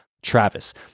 Travis